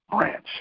branch